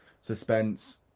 suspense